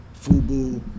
Fubu